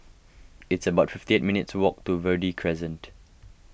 it's about fifty eight minutes' walk to Verde Crescent